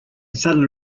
suddenly